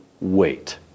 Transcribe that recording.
wait